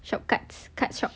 shortcuts card shop